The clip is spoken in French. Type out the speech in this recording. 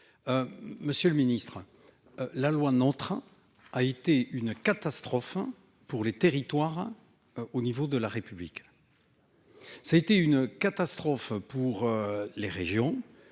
Monsieur le Ministre. La loi train a été une catastrophe hein pour les territoires. Au niveau de la République. Ça a été une catastrophe pour les régions,